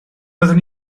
byddwn